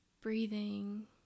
breathing